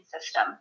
system